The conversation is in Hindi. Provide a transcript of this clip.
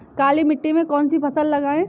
काली मिट्टी में कौन सी फसल लगाएँ?